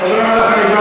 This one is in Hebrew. אז מה השתנה?